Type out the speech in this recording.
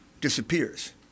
disappears